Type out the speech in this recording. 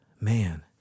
man